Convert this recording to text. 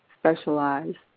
specialized